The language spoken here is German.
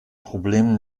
problem